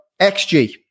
XG